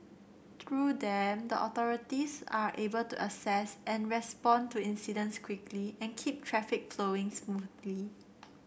through them the authorities are able to assess and respond to incidents quickly and keep traffic smoothly